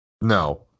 no